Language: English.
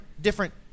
different